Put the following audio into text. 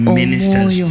ministers